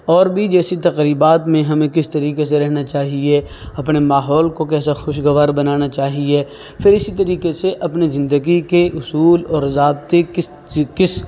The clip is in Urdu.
اور بھی جیسی تقریبات میں ہمیں کس طریقے سے رہنا چاہیے اپنے ماحول کو کیسا خوش گوار بنانا چاہیے پھر تو اس طریقے سے اپنے زندگی کے اصول اور ضابطے کس کس